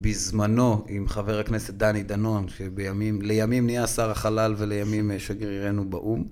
בזמנו עם חבר הכנסת דני דנון שבימים לימים נהיה שר החלל ולימים שגרירינו באום